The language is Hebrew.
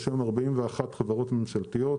יש היום 41 חברות ממשלתיות,